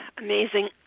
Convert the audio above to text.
Amazing